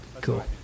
Cool